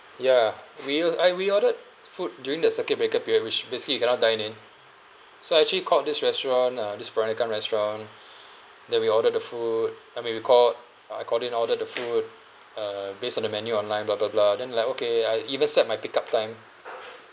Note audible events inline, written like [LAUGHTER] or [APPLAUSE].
ya we or~ I we ordered food during the circuit breaker period which basically you cannot dine in so I actually called this restaurant uh this peranakan restaurant [BREATH] then we ordered the food I mean we called uh I called in ordered the food uh based on the menu online bla bla bla then they like okay I even set my pickup time